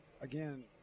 again